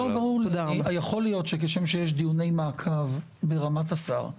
יכול להיות שככל שיש דיונים ברמת השר,